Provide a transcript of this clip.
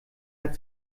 hat